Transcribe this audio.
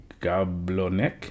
Gablonek